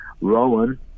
rowan